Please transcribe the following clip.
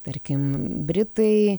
tarkim britai